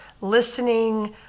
listening